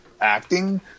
acting